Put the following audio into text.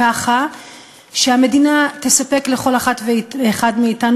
ככה שהמדינה תספק לכל אחת ואחד מאתנו